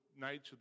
nature